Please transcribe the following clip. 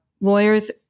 lawyers